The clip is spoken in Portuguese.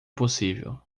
possível